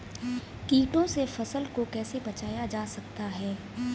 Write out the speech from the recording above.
कीटों से फसल को कैसे बचाया जा सकता है?